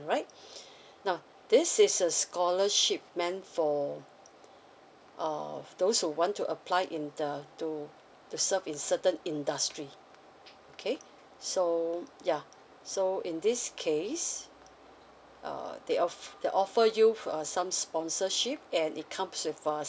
right now this is a scholarship meant for uh those who want to apply in the to to serve in certain industry okay so ya so in this case uh they off~ they offer you for uh some sponsorship and it comes with uh